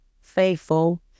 faithful